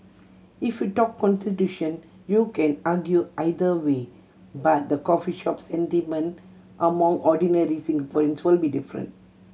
if you talk constitution you can argue either way but the coffee shop sentiment among ordinary Singaporean will be different